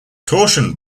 torsion